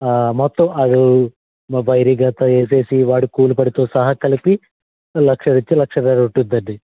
ఆ మొత్తం అది మో వైరింగ్ అంత వేసేసి వాడి కూలి పనితో సహా కలిపి లక్ష నుంచి లక్షన్నర్ర ఉంటుందండి